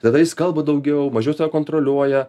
tada jis kalba daugiau mažiau save kontroliuoja